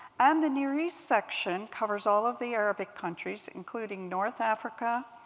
and the near east section covers all of the arabic countries, including north africa,